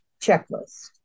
checklist